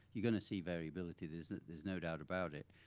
you're gonna see variability. there's there's no doubt about it.